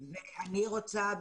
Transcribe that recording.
אני רוצה,